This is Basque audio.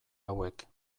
hauek